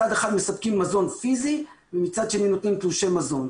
מצד אחד מספקים מזון פיזי ומצד שני נותנים תלושי מזון.